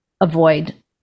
avoid